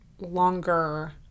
longer